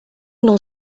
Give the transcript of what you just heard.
não